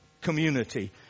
community